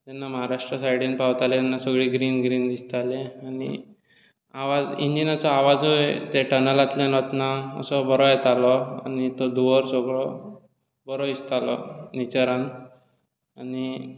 महाराष्ट्रा सायडीन पावताले तेन्ना सगळें ग्रीन ग्रीन दिसताले आनी इंजिनाचो आवाजूय त्या टनलांतल्यान वतना बरो येतालो आनी तो धुंवर सगळो बरो दिसतालो भितर रावन आनी